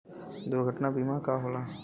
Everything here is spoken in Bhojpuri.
दुर्घटना बीमा का होला?